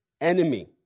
enemy